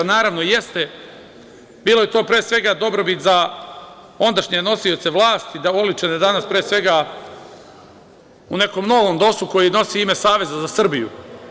Naravno da jeste, bila je to pre svega dobrobit za ondašnje nosioce vlasti oličene danas pre svega u nekom novom DOS-u koji nosi ime Savez za Srbiju.